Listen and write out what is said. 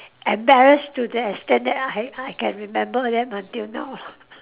embarrassed to the extent that I had I can remember them until now lah